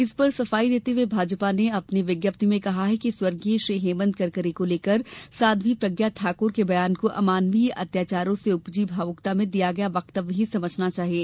इस पर सफाई देते हए भाजपा ने अपनी विज्ञप्ति में कहा कि स्व श्री हेमंत करकरे को लेकर साध्वी प्रज्ञा ठाकुर के बयान को अमानवीय अत्याचारों से उपजी भाव्कता में दिया गया वक्तव्य ही समझना चाहिए